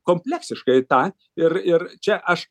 kompleksiškai tą ir ir čia aš